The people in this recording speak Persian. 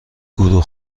گروه